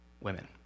women